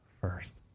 first